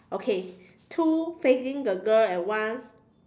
okay two facing the girl and one